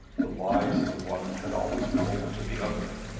the lies of the one had always been open to the other.